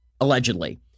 allegedly